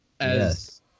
Yes